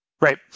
Right